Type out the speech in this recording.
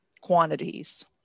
quantities